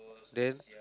then